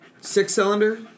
Six-cylinder